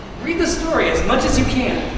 read the story as much as you can.